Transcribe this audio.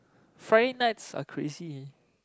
Friday nights are crazy